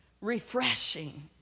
refreshing